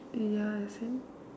ya as in